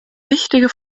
wichtige